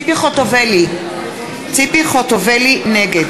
בנקודה הזו אתה ואני מסכימים לחלוטין,